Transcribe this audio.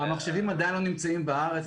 המחשבים עדיין לא נמצאים בארץ.